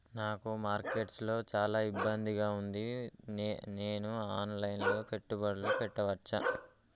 నాకు మార్కెట్స్ లో చాలా ఇబ్బందిగా ఉంది, నేను ఆన్ లైన్ లో పెట్టుబడులు పెట్టవచ్చా?